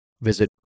visit